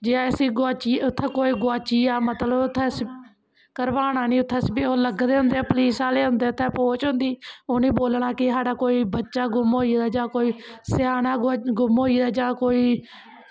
जे असीं गोआची उत्थें कोई गोआची जा मतलब उत्थै घरबाना नी उत्थें ओह् लग्गे दे होंदे पुलिस आह्ले होंदे उत्थै फौज होंदी उ'नेंगी बोलना कि साढ़ा कोई बच्चा गुम होई गेदा जां कोई स्याना गुम होई गेदा जां कोई